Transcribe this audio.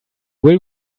will